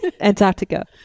Antarctica